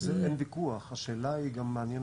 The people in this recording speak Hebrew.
אין ויכוח, השאלה היא, גם מעניין